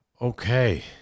okay